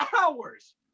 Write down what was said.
hours